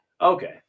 okay